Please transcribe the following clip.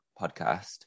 podcast